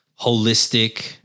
holistic